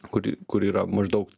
kur kur yra maždaug